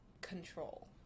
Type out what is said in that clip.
control